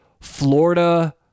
Florida